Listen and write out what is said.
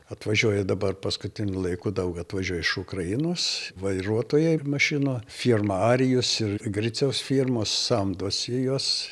atvažiuoja dabar paskutiniu laiku daug atvažiuoja iš ukrainos vairuotojai mašinų firma arijus ir griciaus firmos samdosi juos